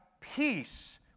peace